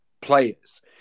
players